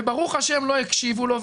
וברוך השם לא הקשיבו לו,